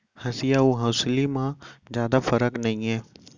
हँसिया अउ हँसुली म जादा फरक नइये